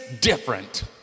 different